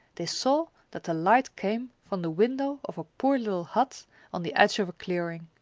they saw that the light came from the window of a poor little hut on the edge of a clearing.